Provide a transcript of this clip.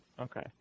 Okay